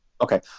Okay